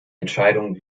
entscheidung